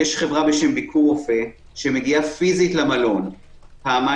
יש חברה בשם ביקור רפואי שמגיעה פיזית למלון פעמיים,